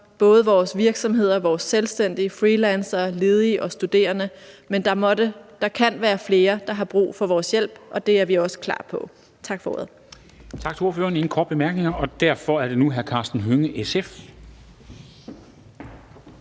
sikre vores virksomheder, vores selvstændige freelancere, ledige og studerende, men der kan være flere, der har brug for vores hjælp, og det er vi også klar til. Tak for ordet.